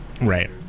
Right